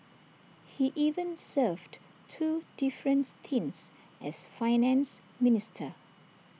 he even served two different stints as Finance Minister